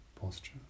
posture